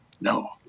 No